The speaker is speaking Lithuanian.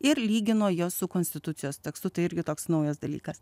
ir lygino juos su konstitucijos tekstu tai irgi toks naujas dalykas